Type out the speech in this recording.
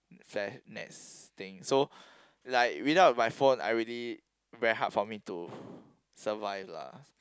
that Nets thing so like without my phone I really very hard for me to survive lah